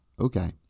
Okay